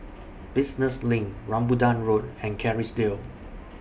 Business LINK Rambutan Road and Kerrisdale